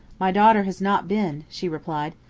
my daughter has not been, she replied.